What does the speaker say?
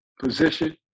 Position